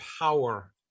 power